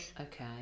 Okay